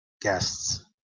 guests